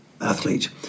athlete